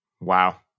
Wow